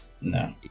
No